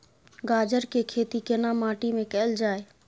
गाजर के खेती केना माटी में कैल जाए?